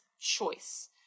choice